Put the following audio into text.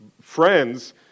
friends